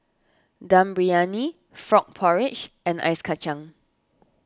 Dum Briyani Frog Porridge and Ice Kachang